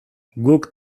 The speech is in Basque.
guk